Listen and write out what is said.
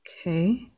Okay